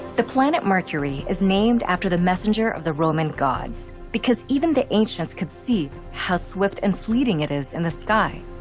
the planet mercury is named after the messenger of the roman gods, because even the ancients could see how swift and fleeting it is in the sky.